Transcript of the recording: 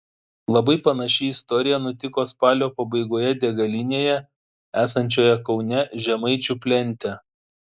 labai panaši istorija nutiko spalio pabaigoje degalinėje esančioje kaune žemaičių plente